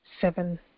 seven